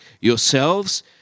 yourselves